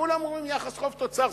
כולם אומרים: יחס חוב תוצר,